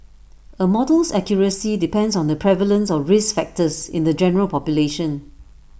A model's accuracy depends on the prevalence of risk factors in the general population